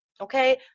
okay